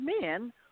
men